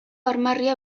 armarria